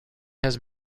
had